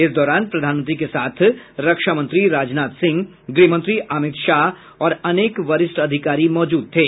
इस दौरान प्रधानमंत्री के साथ रक्षा मंत्री राजनाथ सिंह गृहमंत्री अमित शाह और अनेक वरिष्ठ अधिकारी मौजूद थे